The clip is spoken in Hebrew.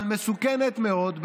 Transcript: אבל מסוכנת מאוד,